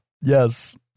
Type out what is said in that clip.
Yes